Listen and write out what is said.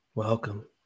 Welcome